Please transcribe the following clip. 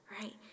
right